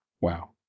Wow